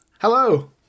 Hello